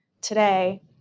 today